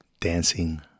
Dancing